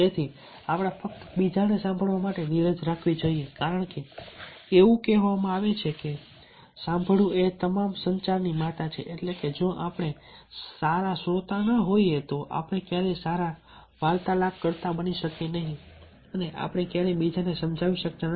તેથી આપણે ફક્ત બીજાને સાંભળવા માટે ધીરજ રાખવી જોઈએ કારણ કે એવું કહેવામાં આવે છે કે સાંભળવું એ તમામ સંચારની માતા છે એટલે કે જો આપણે સારા શ્રોતા ન હોઈએ તો આપણે ક્યારેય સારા વાર્તાલાપકર્તા બની શકીએ નહીં અને આપણે ક્યારેય બીજાને સમજાવી શકતા નથી